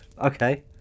Okay